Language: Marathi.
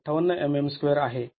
२५८ mm2 आहे